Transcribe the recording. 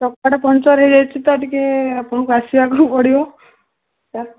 ଚକାଟା puncture ହେଇଯାଇଛି ତ ଟିକେ ଆପଣଙ୍କୁ ଆସିବାକୁ ପଡ଼ିବ